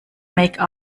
make